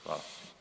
Hvala.